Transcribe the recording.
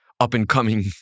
up-and-coming